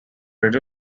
radio